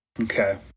Okay